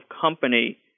company